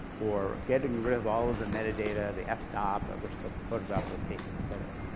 or getting rid of all of the metadata, the f-stop at which the photograph was taken, et cetera.